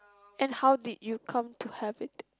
and how did you come to have it